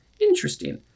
Interesting